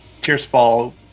Tearsfall